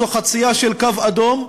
זו חצייה של קו אדום,